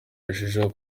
yarushijeho